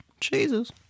Jesus